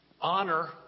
honor